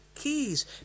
keys